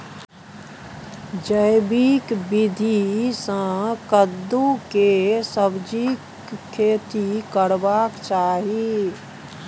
जैविक विधी से कद्दु के सब्जीक खेती करबाक चाही?